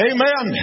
Amen